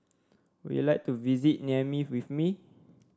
would you like to visit Niamey with me